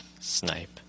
Snipe